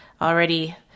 already